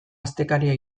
astekaria